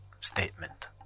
statement